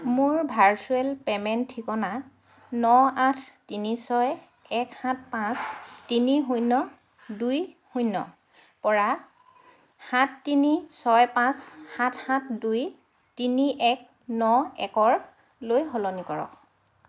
মোৰ virtual payment ঠিকনা ন আঠ তিনি ছয় এক সাত পাঁচ তিনি শূন্য দুই শূন্যৰ পৰা সাত তিনি ছয় পাঁচ সাত সাত দুই তিনি এক ন একলৈ সলনি কৰক